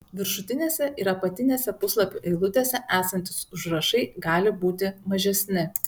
viršutinėse ir apatinėse puslapių eilutėse esantys užrašai gali būti mažesni